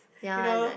you know